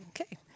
Okay